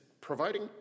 providing